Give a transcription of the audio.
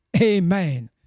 Amen